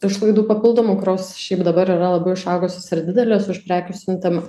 išlaidų papildomų kurios šiaip dabar yra labai išaugusios ir didelės už prekių siuntimą